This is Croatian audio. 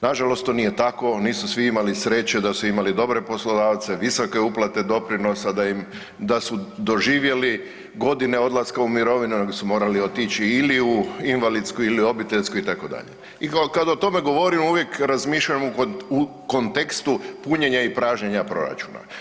Nažalost, to nije tako, nisu svi imali sreće da su imali dobre poslodavce, visoke uplate doprinosa da im, da su doživjeli godine odlaska u mirovinu nego su morali otići ili u invalidsku ili obiteljsku itd. i kad o tome govorim uvijek razmišljam u kontekstu punjenja i pražnjenja proračuna.